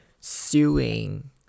sewing